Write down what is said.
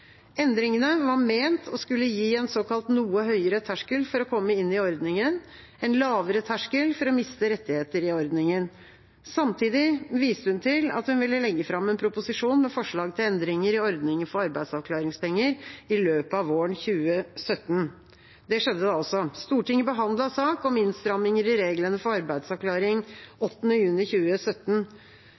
Endringene var ment å skulle gi en såkalt noe høyere terskel for å komme inn i ordningen og en lavere terskel for å miste rettigheter i ordningen. Samtidig viste hun til at hun ville legge fram en proposisjon med forslag til endringer i ordningen for arbeidsavklaringspenger i løpet av våren 2017. Det skjedde også. Stortinget behandlet sak om innstramminger i reglene for arbeidsavklaring 8. juni 2017.